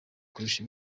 kurusha